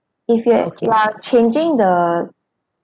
if you are changing the